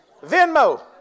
Venmo